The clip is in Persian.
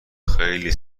خیلی